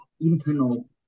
internal